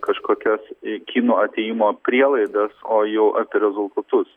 kažkokias kinų atėjimo prielaidas o jau apie rezultatus